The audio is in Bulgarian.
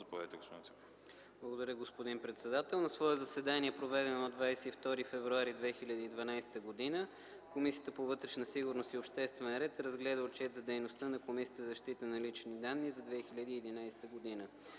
ДОКЛАДЧИК КРАСИМИР ЦИПОВ: Благодаря, господин председател. „На свое заседание, проведено на 22 февруари 2012 г., Комисията по вътрешна сигурност и обществен ред разгледа Отчет за дейността на Комисията за защита на личните данни за 2011 г.